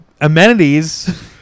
amenities